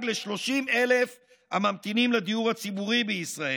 ל-30,000 הממתינים לדיור הציבורי בישראל,